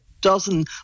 dozen